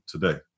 today